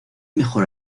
mejor